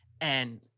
and-